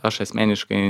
aš asmeniškai